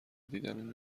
دیدن